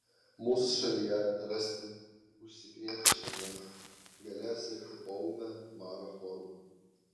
mūsų šalyje rasti užsikrėtę šernai galėjo sirgti poūme maro forma